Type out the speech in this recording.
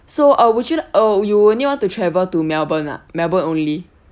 so uh would you oh you only want to travel to melbourne ah melbourne only